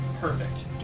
Perfect